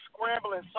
scrambling